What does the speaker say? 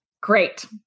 Great